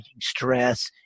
stress